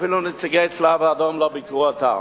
אפילו נציגי הצלב-האדום לא ביקרו אותו.